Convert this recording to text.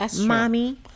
Mommy